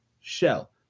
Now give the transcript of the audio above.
Shell